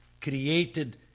created